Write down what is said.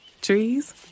Trees